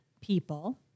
people